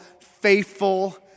faithful